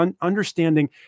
understanding